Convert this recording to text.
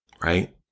right